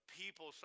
people